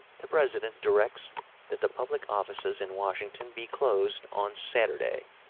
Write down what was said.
the president directs that the public offices in washington be closed on saturday,